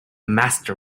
master